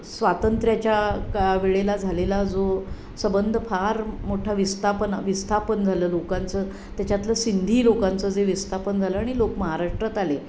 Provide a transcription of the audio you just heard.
स्वातंत्र्याच्या का वेळेला झालेला जो सबंध फार मोठा विस्तापना विस्थापन झालं लोकांचं त्याच्यातलं सिंधी लोकांचं जे विस्थापन झालं आणि लोक महाराष्ट्रात आले